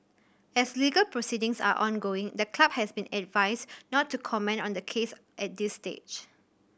as legal proceedings are ongoing the club has been advised not to comment on the case at this stage